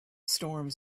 storms